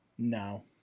No